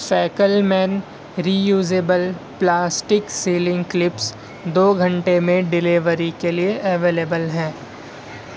فیکلمین reusable plastic sealing clips دو گھنٹے میں ڈیلیوری کے لیے اویلیبل ہے